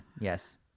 yes